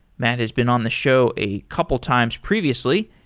matt has been on the show a couple times previously,